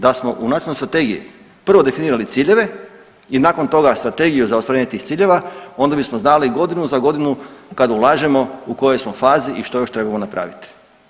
Da smo u nacionalnoj strategiji prvo definirali ciljeve i nakon toga strategiju za ostvarenje tih ciljeva onda bismo znali godinu za godinu kad ulažemo u kojoj smo fazi i što još trebamo napraviti.